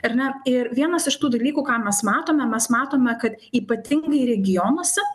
ar ne ir vienas iš tų dalykų ką mes matome mes matome kad ypatingai regionuose